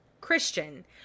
Christian